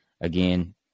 again